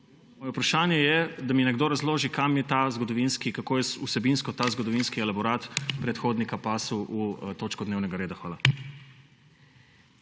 Moje vprašanje je, da mi nekdo razloži, kako je vsebinsko ta zgodovinski elaborat predhodnika pasal v točko dnevnega reda. Hvala.